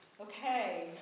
Okay